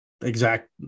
exact